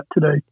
today